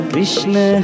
Krishna